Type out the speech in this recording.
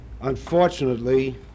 unfortunately